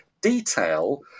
detail